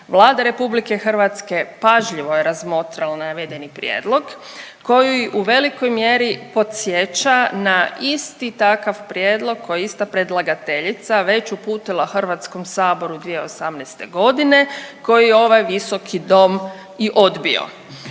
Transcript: Vlada Republike Hrvatske pažljivo je razmotrila navedeni prijedlog koji u velikoj mjeri podsjeća na isti takav prijedlog koji je ista predlagateljica već uputila Hrvatskom saboru 2018. godine koji je ovaj Visoki dom i odbio.